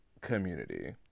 community